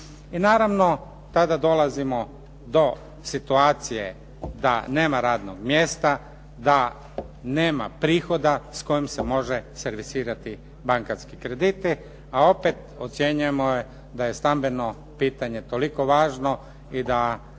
naravno, tada dolazimo do situacije da nema radnog mjesta, da nema prihoda s kojim se može servisirati bankarski krediti, a opet ocjenjujemo da je stambeno pitanje toliko važno i da